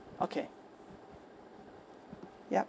okay yup